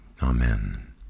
Amen